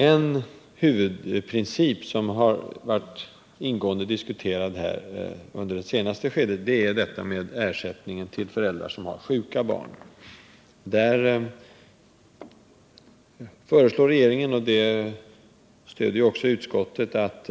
En principfråga som har diskuterats ingående under debattens senare skede är ersättningen till föräldrar som har sjuka barn. Regeringen föreslår — och det stöder också utskottet —att